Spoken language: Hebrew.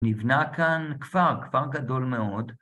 ‫נבנה כאן כפר, כפר גדול מאוד.